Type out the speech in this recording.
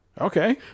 Okay